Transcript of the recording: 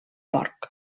porc